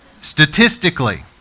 statistically